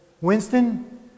Winston